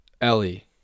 ellie